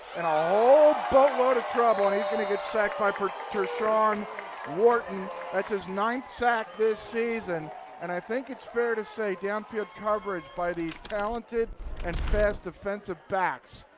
and a whole boatload of trouble. and he is going to get sacked by tershawn wharton that's his ninth sack this season and i think its fair to say downfield coverage by these talented and fast defensive backs.